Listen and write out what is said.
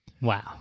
Wow